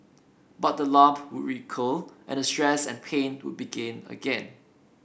but the lump would recur and the stress and pain would begin again